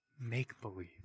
make-believe